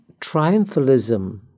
triumphalism